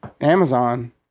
Amazon